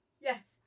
Yes